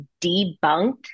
debunked